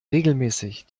regelmäßig